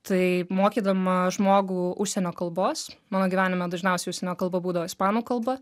tai mokydama žmogų užsienio kalbos mano gyvenime dažniausiai užsienio kalba būdavo ispanų kalba